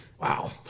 Wow